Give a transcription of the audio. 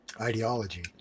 ideology